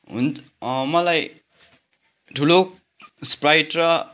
हुन् मलाई ठुलो स्प्राइट र